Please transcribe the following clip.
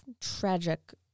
tragic